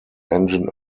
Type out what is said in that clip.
engine